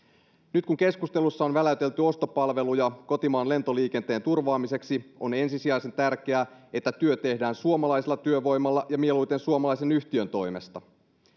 nyt kun keskustelussa on väläytelty ostopalveluja kotimaan lentoliikenteen turvaamiseksi on ensisijaisen tärkeää että työ tehdään suomalaisella työvoimalla ja mieluiten suomalaisen yhtiön toimesta